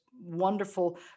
Wonderful